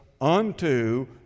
unto